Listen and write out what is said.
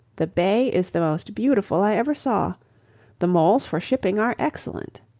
the bay is the most beautiful i ever saw the moles for shipping are excellent.